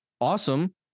awesome